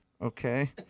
Okay